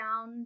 down